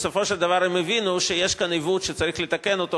בסופו של דבר הם הבינו שיש כאן עיוות שצריך לתקן אותו.